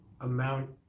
amount